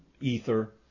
ether